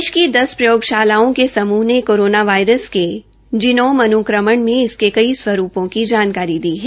देश की दस प्रयोगशालों के समूह ने कोरोना वायारस के जीनोम अुनक्रमण मे इसके कई स्वरूपों की जानकारी दी है